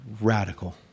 Radical